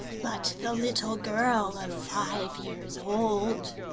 but the little girl of five years old,